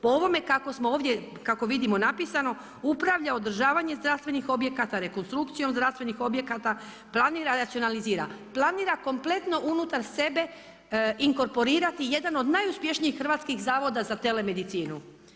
Po ovome kako smo ovdje, kako vidimo napisano upravlja i održavanjem zdravstvenih objekata, rekonstrukcijom zdravstvenih objekata, planira i racionalizira, planira kompletno unutar sebe inkorporirati jedan od najuspješnijih hrvatskih zavoda za telemedicinu.